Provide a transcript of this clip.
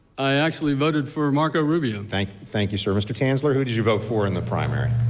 i actually voted for marco rubio. thank thank you, sir. mr. stanzler, who did you vote for in the primary?